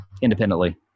independently